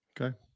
Okay